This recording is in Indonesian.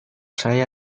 saya